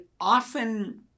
often